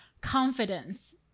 confidence